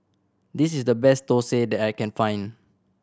this is the best thosai that I can find